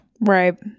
right